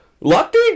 lucky